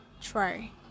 try